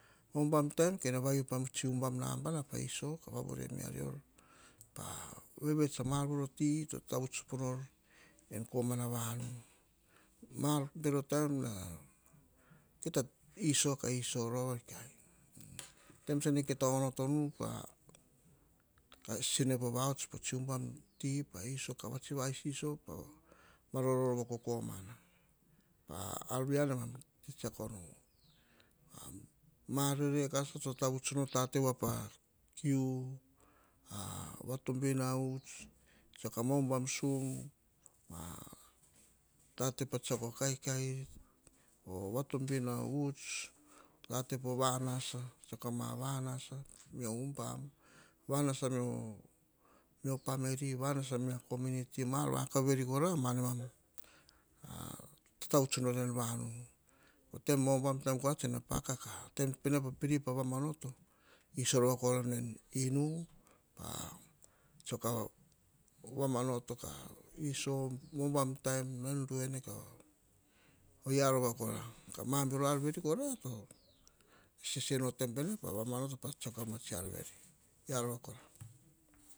Umbam taim, kene va yu tsi umbam nambana ka iso ka vavore me a ruer ka vevets a mar voroti to sopo nor komana vanu, mar bero taim na ka iso, ka iso, rova taim tsi kia ta onoto nu, ka sino pa va ots po tsi umbam ti ka is ka tsi va sisio, tsiako rova kokomana ar via na tsi tsiako nom. Mar rerekasa to tatavuts nor, ta te wa pa kiu, ah vatobin a uts, tsiako umbam sum, tate po tsiako kaikai, or vatobin a uts, ta te po va nasa tsuk ka ma va nasa veni pa vanasa mio pameli. Mar veri kora, na mam tata vuts nor, en vanu te na umbam taim tsi ne paka, taim pene pa va mama noto, iso kora nu en inu, ka tsiako va ma noto, umbam taim na en ruene ka oh via rova kora, mar bero veri kora, sese no taim pene pa vamanoto ka tsiako mar tsi ar pene. Via rova kora.